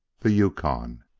the yukon.